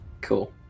cool